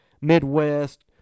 midwest